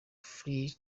free